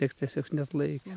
tiek tiesiog neatlaikė